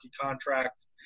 contract